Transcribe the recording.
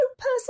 person